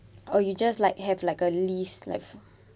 or you just like have like a list like